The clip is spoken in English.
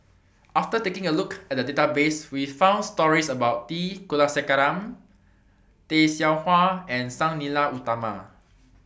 after taking A Look At The Database We found stories about T Kulasekaram Tay Seow Huah and Sang Nila Utama